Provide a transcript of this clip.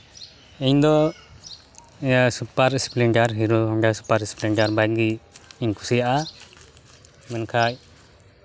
ᱤᱧᱫᱚ super splendor hero Honda super splendor ᱵᱟᱭᱤᱠᱜᱤᱧ ᱠᱩᱥᱤᱭᱟᱜᱼᱟ ᱢᱮᱱᱠᱷᱟᱱ